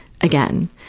again